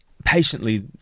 patiently